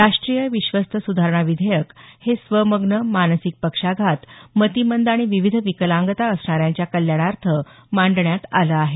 राष्टीय विश्वस्त सुधारणा विधेयक हे स्वमग्न मानसिक पक्षाघात मतिमंद आणि विविध विकलांगता असणाऱ्यांच्या कल्याणार्थ मांडण्यात आलं आहे